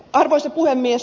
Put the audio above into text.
arvoisa puhemies